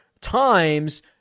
times